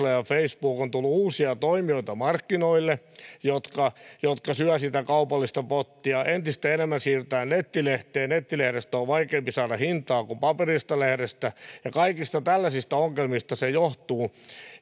ja facebookista on tullut markkinoille uusia toimijoita jotka jotka syövät sitä kaupallista pottia entistä enemmän siirrytään nettilehteen ja nettilehdestä on on vaikeampi saada hintaa kuin paperisesta lehdestä ja kaikista tällaisista ne ongelmat johtuvat